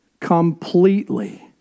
completely